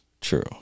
True